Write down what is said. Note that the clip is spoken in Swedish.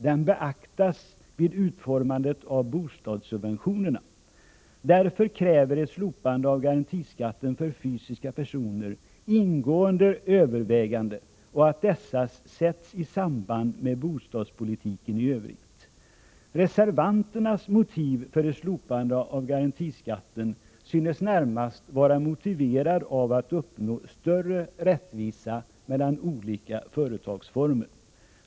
Den beaktas vid utformandet av bostadssubventionerna. Därför kräver ett slopande av garantiskatten för fysiska personer ingående överväganden, som också måste sättas i samband med bostadspolitiken i övrigt. Reservationen om ett slopande av garantiskatten synes närmast vara motiverad av önskemålet att uppnå större rättvisa mellan företagsformer.